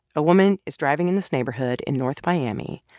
a woman is driving in this neighborhood in north miami,